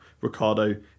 Ricardo